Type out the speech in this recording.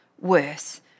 worse